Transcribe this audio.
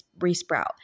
re-sprout